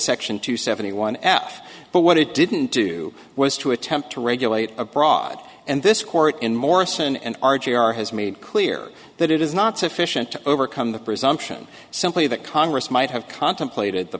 section two seventy one f but what it didn't do was to attempt to regulate abroad and this court in morrison and our jr has made clear that it is not sufficient to overcome the presumption simply that congress might have contemplated the